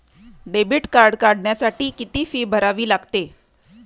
Debit card काढण्यासाठी किती fee भरावी लागते?